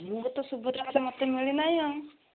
ସୁଭଦ୍ରା ପଇସା ମତେ ମିଳିନାହିଁ ଆଉ